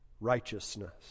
righteousness